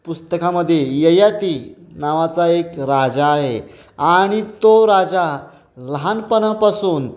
पुस्तकामध्ये ययाती नावाचा एक राजा आहे आणि तो राजा लहानपणापासून